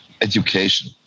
education